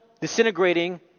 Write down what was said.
disintegrating